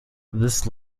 this